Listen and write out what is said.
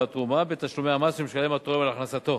התרומה בתשלומי המס שמשלם התורם על הכנסתו.